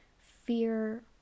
fear